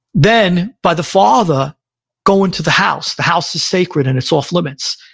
then, by the father going to the house, the house is sacred and it's off-limits,